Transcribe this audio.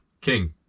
king